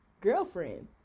girlfriend